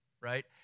right